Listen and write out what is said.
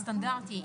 הסטנדרטי,